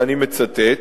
ואני מצטט,